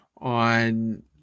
on